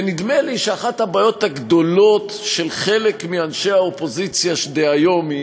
ונדמה לי שאחת הבעיות הגדולות של חלק מאנשי האופוזיציה דהיום,